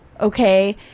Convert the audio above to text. Okay